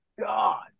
God